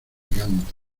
gigante